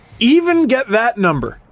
even get that number,